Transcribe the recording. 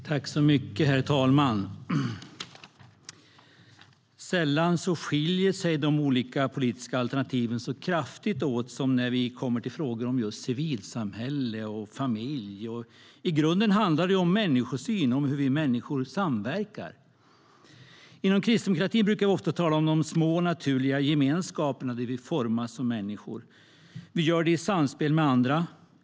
Herr talman! Sällan skiljer sig de olika politiska alternativen så kraftigt åt som när vi kommer till frågor som rör civilsamhälle och familj. I grunden handlar det om människosyn och om hur vi människor samverkar. Inom kristdemokratin brukar vi tala om de små, naturliga gemenskaperna där vi formas som människor. Vi gör det i samspel med andra.